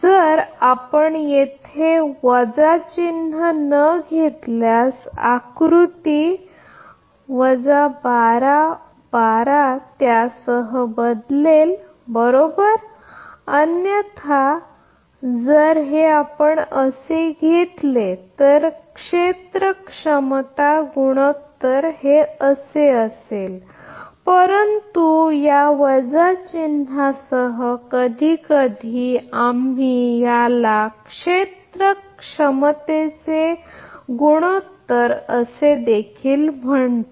जर आपण येथे वजा चिन्ह न घेतल्यास आकृती त्यासह बदलेल बरोबर अन्यथा जर आपण प्रत्यक्षात घेतले तर क्षेत्र क्षमता गुणोत्तर असेल परंतु या वजा चिन्हासह कधीकधी आम्ही याला क्षेत्र क्षमतेचे गुणोत्तर देखील म्हणतो